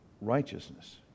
Righteousness